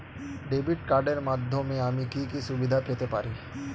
Debit কার্ডের মাধ্যমে আমি কি কি সুবিধা পেতে পারি?